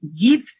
give